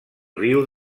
riu